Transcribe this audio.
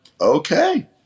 okay